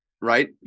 Right